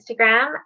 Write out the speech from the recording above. Instagram